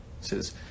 says